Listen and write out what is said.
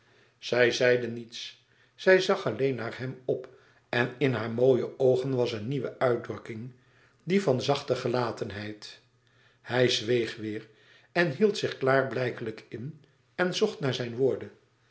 zij zeide niets zij zag alleen naar hem op en in hare mooie oogen was een nieuwe uitdrukking die van eene zachte gelatenheid hij zweeg weêr en hield zich klaarblijkelijk in en zocht naar zijn woorden